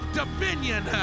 dominion